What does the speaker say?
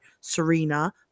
Serena